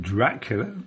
Dracula